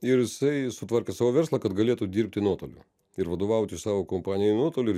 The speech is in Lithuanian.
ir jisai sutvarkė savo verslą kad galėtų dirbti nuotoliu ir vadovauti savo kompanijai nuotoliu ir